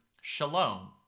shalom